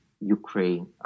ukraine